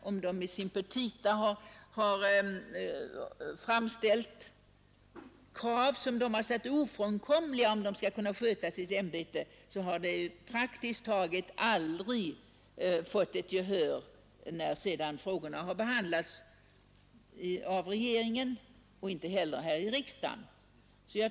Om dessa chefer i sina petita framställer krav som de ansett ofrånkomliga för att sköta sina ämbeten, så har de faktiskt aldrig fått gehör hos regeringen eller här i riksdagen.